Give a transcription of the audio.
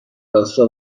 راستا